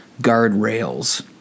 guardrails